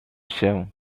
się